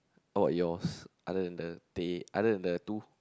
about yours other than the teh other than the two